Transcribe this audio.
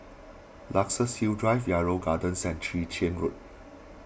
Luxus Hill Drive Yarrow Gardens and Chwee Chian Road